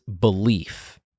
belief